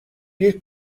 bir